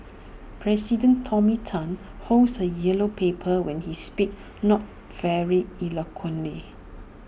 president tony Tan holds A yellow paper when he speaks not very eloquently